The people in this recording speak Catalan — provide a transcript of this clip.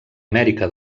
amèrica